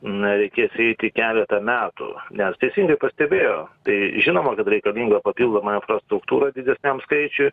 na reikės eiti keletą metų nes teisingai pastebėjo tai žinoma kad reikalinga papildoma infrastruktūra didesniam skaičiui